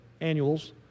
annuals